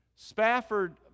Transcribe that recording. Spafford